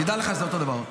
תדע לך, זה אותו הדבר.